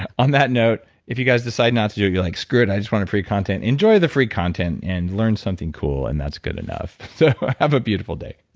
and on that note, if you guys decide not to do it, you're like, screw it. i just wanted free content. enjoy the free content and learn something cool, and that's good enough. so have a beautiful day